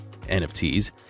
NFTs